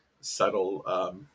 subtle